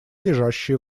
лежащие